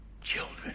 children